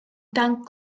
dan